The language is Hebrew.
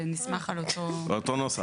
זה נסמך על אותו נוסח.